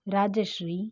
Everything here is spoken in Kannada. ರಾಜಶ್ರೀ